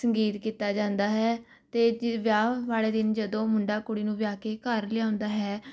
ਸੰਗੀਤ ਕੀਤਾ ਜਾਂਦਾ ਹੈ ਅਤੇ ਤ ਵਿਆਹ ਵਾਲੇ ਦਿਨ ਜਦੋਂ ਮੁੰਡਾ ਕੁੜੀ ਨੂੰ ਵਿਆਹ ਕੇ ਘਰ ਲਿਆਉਂਦਾ ਹੈ